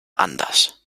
anders